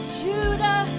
judah